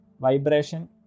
vibration